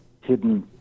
hidden